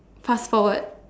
fast forward